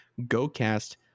GoCast